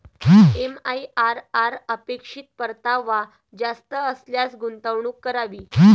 MIRR अपेक्षित परतावा जास्त असल्यास गुंतवणूक करावी